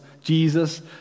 Jesus